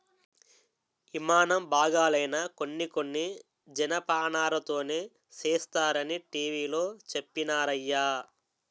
యిమానం బాగాలైనా కొన్ని కొన్ని జనపనారతోనే సేస్తరనీ టీ.వి లో చెప్పినారయ్య